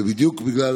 ובדיוק בגלל